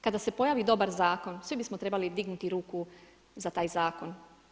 Kada se pojavi dobar zakon svi bismo trebali dignuti ruku za taj zakon.